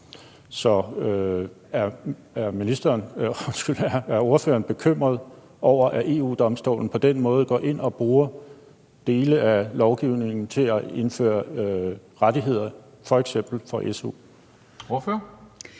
Så er ordføreren bekymret over, at EU-Domstolen på den måde går ind og bruger dele af lovgivningen til at indføre rettigheder f.eks. for su?